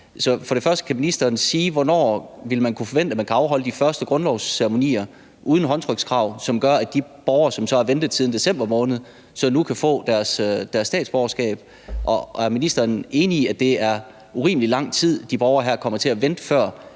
så kan ministeren sige, hvornår man vil kunne forvente at kunne afholde de første grundlovsceremonier uden håndtrykskrav, som gør, at de borgere, som har ventet siden december måned, nu kan få deres statsborgerskab? Og er ministeren enig i, at det er urimelig lang tid, de her borgere kommer til at vente, før